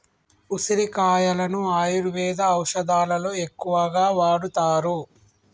ఉసిరికాయలను ఆయుర్వేద ఔషదాలలో ఎక్కువగా వాడుతారు